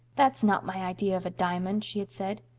that's not my idea of a diamond, she had said.